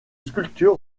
sculpture